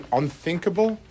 unthinkable